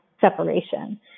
separation